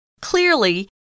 Clearly